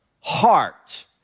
heart